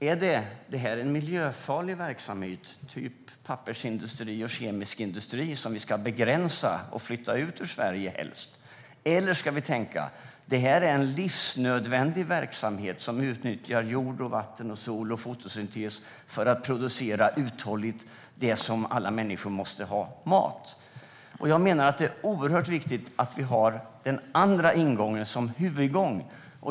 Är det att det är en miljöfarlig verksamhet typ pappersindustri och kemisk industri som ska begränsas och helst flyttas ut från Sverige? Eller ska vi tänka: Det här är en livsnödvändig verksamhet som utnyttjar jord, vatten, sol och fotosyntes för att uthålligt producera det som alla människor måste ha, nämligen mat? Jag menar att det är viktigt att vi har den andra ingången som huvudingång.